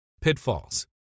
pitfalls